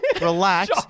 relax